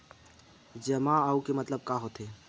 जमा आऊ के मतलब का होथे?